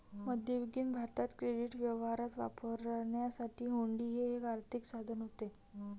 मध्ययुगीन भारतात क्रेडिट व्यवहारात वापरण्यासाठी हुंडी हे एक आर्थिक साधन होते